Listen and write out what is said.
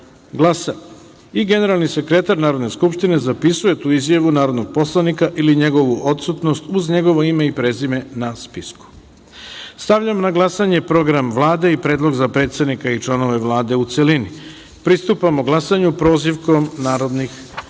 glasa i generalni sekretar Narodne skupštine zapisuje tu izjavu narodnog poslanika ili njegovu odsutnost uz njegovo ime i prezime na spisku. Stavljam na glasanje Program Vlade i predlog za predsednika i članove Vlade u celini. Pristupamo glasanju prozivkom narodni poslanika. Molim